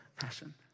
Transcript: passion